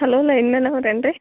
hello line man ಅವ್ರು ಏನು ರೀ